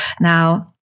Now